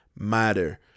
Matter